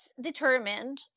determined